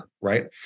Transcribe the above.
right